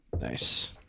Nice